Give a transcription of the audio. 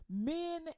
Men